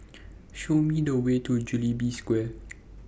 Show Me The Way to Jubilee Square